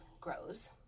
grows